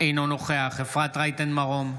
אינו נוכח אפרת רייטן מרום,